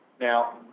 Now